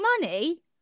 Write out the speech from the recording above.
money